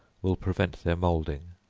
will prevent their moulding.